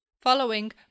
Following